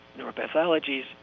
neuropathologies